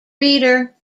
reader